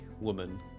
woman